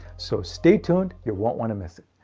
so stay tuned, you won't want to miss it.